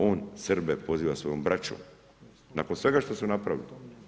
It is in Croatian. On Srbe poziva svojom braćom, nakon svega što su napravili.